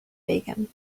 bacon